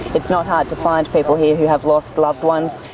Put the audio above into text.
it's not hard to find people here who have lost loved ones.